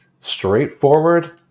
straightforward